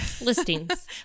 Listings